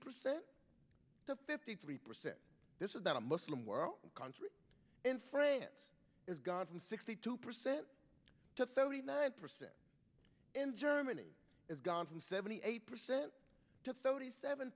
percent to fifty three percent this is not a muslim world country in france is gone from sixty two percent to thirty nine percent in germany it's gone from seventy eight percent to thirty seven